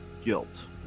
guilt